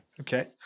Okay